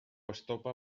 estopa